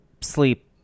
sleep